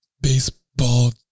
baseball